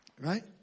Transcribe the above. Right